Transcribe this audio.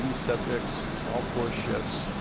subjects, all four shifts.